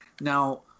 Now